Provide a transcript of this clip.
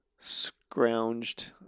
scrounged